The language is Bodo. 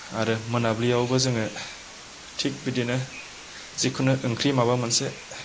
आरो मोनाबिलियावबो जोङो थिग बिदिनो जिखुनु ओंख्रि माबा मोनसे